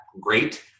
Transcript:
great